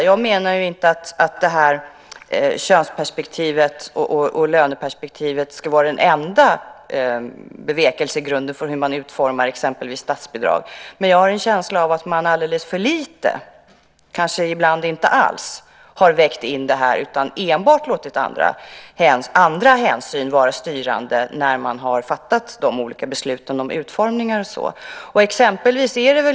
Jag menar inte att könsperspektivet och löneperspektivet ska vara de enda bevekelsegrunderna för hur man utformar exempelvis statsbidrag. Jag har dock en känsla av att man alldeles för lite, ibland kanske inte alls, vägt in dem. I stället har man låtit andra hänsyn vara styrande när man fattat beslut om utformningar och sådant.